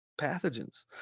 pathogens